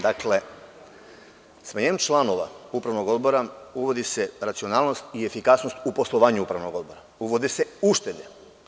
Dakle, smenjivanjem članova Upravnog odbora uvodi se racionalnost i efikasnost u poslovanju Upravnog odbora, uvode se uštede.